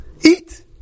Eat